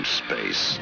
space